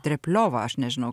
trepliovą aš nežinau